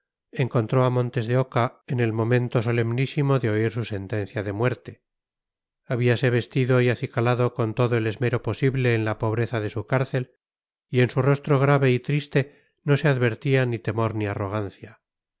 encontró a montes de oca en el momento solemnísimo de oír su sentencia de muerte habíase vestido y acicalado con todo el esmero posible en la pobreza de su cárcel y en su rostro grave y triste no se advertía ni temor ni arrogancia